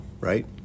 right